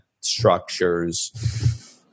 structures